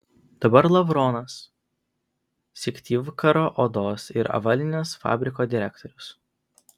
dabar lavrovas syktyvkaro odos ir avalynės fabriko direktorius